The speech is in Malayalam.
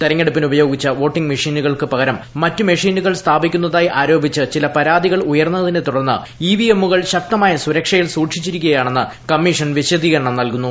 തെരഞ്ഞടുപ്പിന് ഉപയോഗിച്ച വോട്ടിംഗ് മെഷീനുകൾക്ക് പകരം മറ്റു മെഷീനുകൾ സ്ഥാപിക്കുന്നതായി ആരോപിച്ച് ചില പരാതികൾ ഉയർന്നതിനെ തുടർന്ന് ഇവിഎമ്മുകൾ ശക്തമായ സുരക്ഷയിൽ സൂക്ഷിച്ചിരിക്കുകയാണെന്ന് കമ്മീഷൻ വിശദീകരണം നല്കി